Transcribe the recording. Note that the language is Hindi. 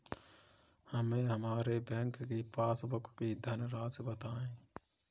हमें हमारे बैंक की पासबुक की धन राशि बताइए